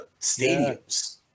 stadiums